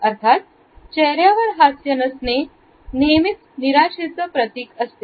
अर्थात चेहऱ्यावर हास्य नसणे नेहमीच निराशेचा प्रतीक असते